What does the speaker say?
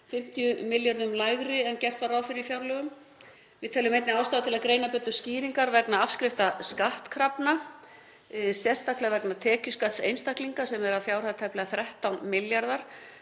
50 milljörðum lægri en gert var ráð fyrir í fjárlögum. Við teljum einnig ástæðu til að greina betur skýringar vegna afskriftar skattkrafna, sérstaklega vegna tekjuskatts einstaklinga að fjárhæð tæplega 13 milljarða